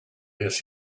this